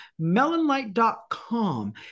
melonlight.com